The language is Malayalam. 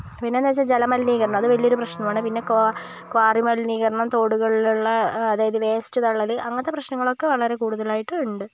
പിന്നെ എന്ന് വെച്ചാൽ ജലമലിനീകരണം അത് വലിയ ഒരു പ്രശ്നമാണ് പിന്നെ കോറ ക്വാറി മലീകരണം തോടുകളിൽ ഉള്ള അതായത് വെസ്റ്റ് തള്ളല് അങ്ങനത്തെ പ്രശ്നങ്ങൾ ഒക്കെ വളരെ കൂടുതൽ ആയിട്ട് ഉണ്ട്